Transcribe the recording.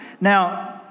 now